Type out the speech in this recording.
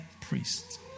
priest